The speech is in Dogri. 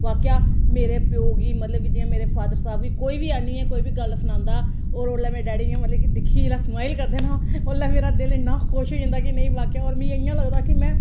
बाकेआ मेरे प्यौ गी मेरे फादर साह्ब गी कोई बी आहन्नियै गल्ल सनांदा होर ओल्लै मेरे डैडी मतलब कि मिगी दिक्खियै जिसलै स्माइल करदे ना उल्लै मेरा दिल इन्ना खुश होई जंदा कि नेईं बाकेआ होर मिगी इ'यां लगदा कि मैं